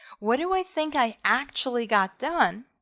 what do i think i actually got done?